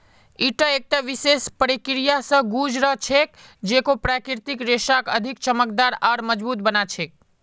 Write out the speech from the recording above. ईटा एकता विशेष प्रक्रिया स गुज र छेक जेको प्राकृतिक रेशाक अधिक चमकदार आर मजबूत बना छेक